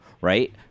Right